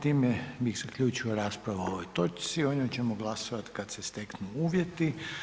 time bi zaključio raspravu o ovoj točci, o njoj ćemo glasovati kad se steknu uvjeti.